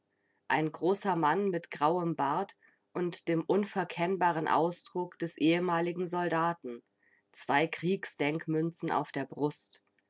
ein großer mann mit grauem bart und dem unverkennbaren ausdruck des ehemaligen soldaten zwei kriegsdenkmünzen auf der brust